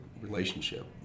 relationship